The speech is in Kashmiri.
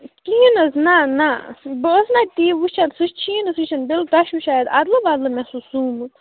کِہیٖنۍ حظ نَہ نَہ بہٕ ٲس نَہ تی وٕچھان سُہ چھی نہٕ سُہ چھُنہٕ بِل تۄہہِ چھُو شایَد اَدلہٕ بَدلہٕ مےٚ سُہ سُومُت